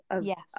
Yes